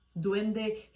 duende